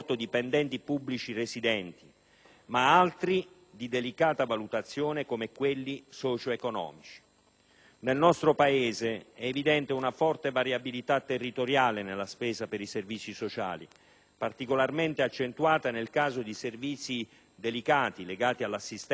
parametri di delicata valutazione, come quelli socio-economici. Nel nostro Paese è evidente una forte variabilità territoriale nella spesa per i servizi sociali, particolarmente accentuata nel caso di servizi delicati, legati all'assistenza, alla beneficenza, agli asili nido.